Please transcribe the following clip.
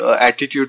attitude